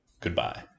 Goodbye